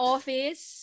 Office